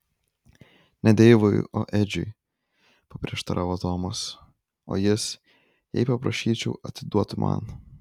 ne deivui o edžiui paprieštaravo tomas o jis jei paprašyčiau atiduotų man